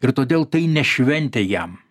ir todėl tai ne šventė jam